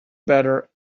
better